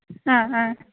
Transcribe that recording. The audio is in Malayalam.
ആ ആ